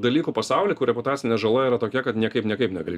dalykų pasauly kur reputacinė žala yra tokia kad niekaip niekaip negali